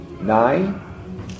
Nine